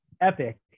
Epic